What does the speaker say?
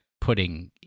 putting